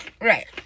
right